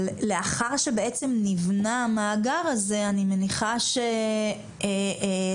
אבל לאחר שנבנה המאגר הזה אני מניחה שלעתים